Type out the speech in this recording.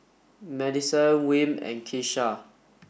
Madisen Wm and Kisha